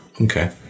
Okay